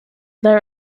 there